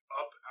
up